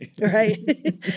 Right